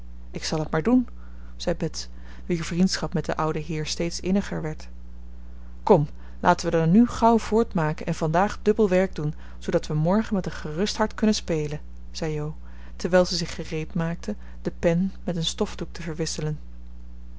ik zal het maar doen zei bets wier vriendschap met den ouden heer steeds inniger werd kom laten we dan nu gauw voortmaken en vandaag dubbel werk doen zoodat we morgen met een gerust hart kunnen spelen zei jo terwijl ze zich gereedmaakte de pen met een stofdoek te verwisselen